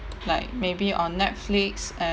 like maybe on Netflix